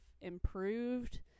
improved